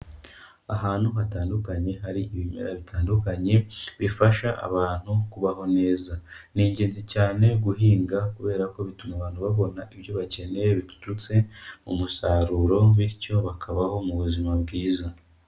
Ahantu hatandukanye hari ibimera bitandukanye bifasha abantu kubaho neza. Ni ingenzi cyane guhinga kubera ko bituma abantu babona ibyo bakeneye biturutse mu musaruro, bityo bakabaho mu buzima bwiza.